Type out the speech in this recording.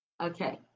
okay